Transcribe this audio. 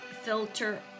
filter